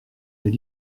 les